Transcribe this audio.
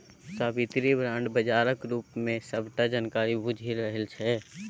साबित्री bond बजारक बारे मे सबटा जानकारी बुझि रहल छै